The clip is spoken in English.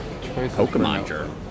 Pokemon